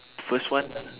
first one